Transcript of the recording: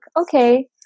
okay